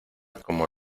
como